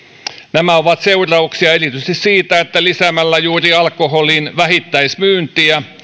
nämä ovat seurauksia erityisesti siitä että lisäämällä juuri alkoholin vähittäismyyntiä